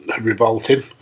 revolting